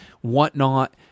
whatnot